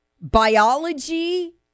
biology